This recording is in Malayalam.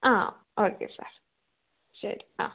ആ ഓക്കെ സാർ ശരി ആ